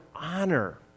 honor